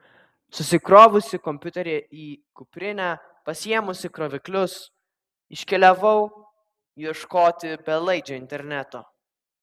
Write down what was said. susikrovusi kompiuterį į kuprinę pasiėmusi kroviklius iškeliavau ieškoti belaidžio interneto